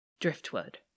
Driftwood